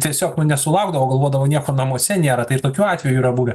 tiesiog nu nesulaukdavo galvodavo nieko namuose nėra tai ir tokių atvejų yra buvę